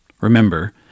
Remember